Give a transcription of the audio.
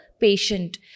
patient